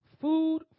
food